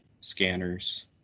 scanners